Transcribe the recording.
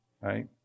right